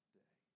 day